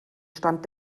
stand